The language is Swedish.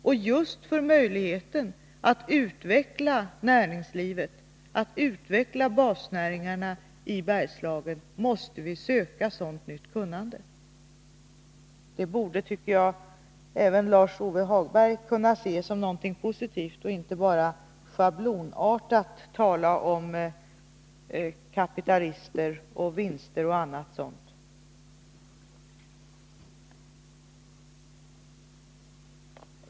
Just med tanke på möjligheten att utveckla näringslivet, utveckla basnäringarna i Bergslagen, måste vi söka sådant nytt kunnande. Detta borde, tycker jag, även Lars-Ove Hagberg kunna se som något positivt i stället för att bara schablonartat tala om kapitalister, vinster och annat sådant.